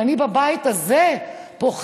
אם אני בבית הזה פוחדת,